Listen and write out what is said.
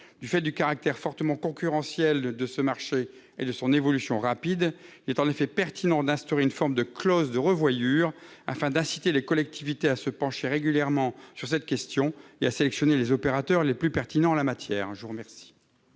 Du fait du caractère fortement concurrentiel de ce marché et de son évolution rapide, il est en effet pertinent d'instaurer une forme de clause de revoyure, afin d'inciter les collectivités à examiner régulièrement sur cette question et à sélectionner les opérateurs les plus pertinents en la matière. L'amendement